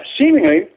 Seemingly